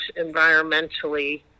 environmentally